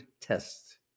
test